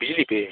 बिज़ली पर